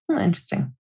Interesting